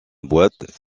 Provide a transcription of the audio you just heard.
boîte